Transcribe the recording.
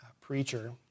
preacher